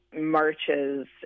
marches